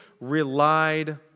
relied